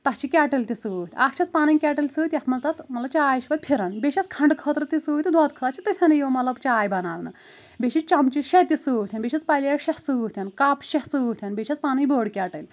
تتھ چھِ کیٚٹِل تہِ سۭتۍ اکھ چھس پنٕنۍ کیٚٹل سۭتۍ یتھ منٛز تتھ مطلب چاے چھِ پتہٕ پھران بییٚہِ چھس کھنڈٕ خٲطرٕ تہِ سۭتۍ تہٕ دۄدٕ کھٲ اتھ چھِ تٔتھٮ۪نٕے یہِ مطلب چاۓ بناونہٕ بییٚہِ چھِ چمچہِ شےٚ تہِ سۭتھٮ۪ن بییٚہِ چھِس پلیٹ شےٚ سۭتھٮ۪ن کپ شےٚ سۭتھٮ۪ن بییٚہِ چھس پنٕنۍ بٔڑ کیٚٹٕل